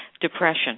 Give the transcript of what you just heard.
depression